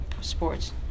sports